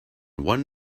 one